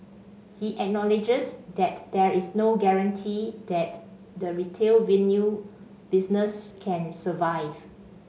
he acknowledges that there is no guarantee that the retail business can survive